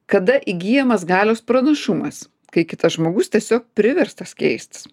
kada įgyjamas galios pranašumas kai kitas žmogus tiesiog priverstas keistis